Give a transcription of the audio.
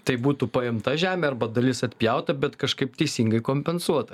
tai būtų paimta žemė arba dalis atpjauta bet kažkaip teisingai kompensuota